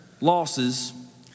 losses